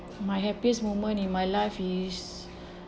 my happiest moment in my life is